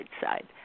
side